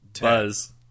Buzz